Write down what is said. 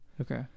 Okay